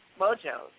Mojo